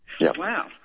Wow